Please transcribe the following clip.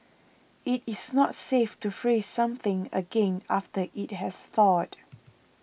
it is not safe to freeze something again after it has thawed